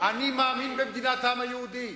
אני מאמין במדינת העם היהודי,